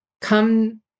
come